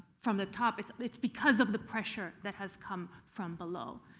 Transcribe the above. from the top, it's it's because of the pressure that has come from below.